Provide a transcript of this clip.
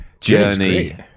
Journey